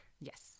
yes